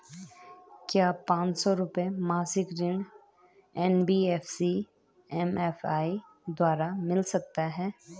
क्या पांच सौ रुपए मासिक ऋण एन.बी.एफ.सी एम.एफ.आई द्वारा मिल सकता है?